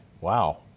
Wow